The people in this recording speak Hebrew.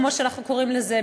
כמו שאנחנו קוראים לזה,